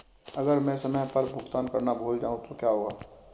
अगर मैं समय पर भुगतान करना भूल जाऊं तो क्या होगा?